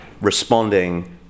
responding